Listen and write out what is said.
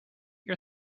your